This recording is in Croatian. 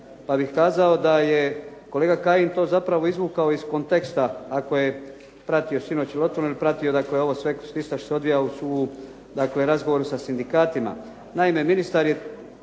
Pa bih kazao da je kolega Kajin to zapravo izvukao iz konteksta ako je pratio sinoć “Otvoreno“, pratio dakle ovo sve isto što se odvija u razgovoru sa sindikatima. Naime, ministar je